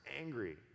angry